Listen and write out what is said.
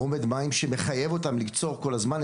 אומד מים שמחייבת אותם לקצור כל הזמן,